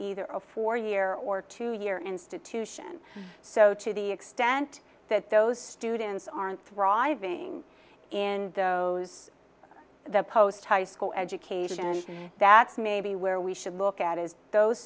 either a four year or two year institution so to the extent that those students aren't thriving in those the post high school education that's maybe where we should look at is those